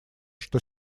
что